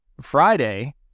Friday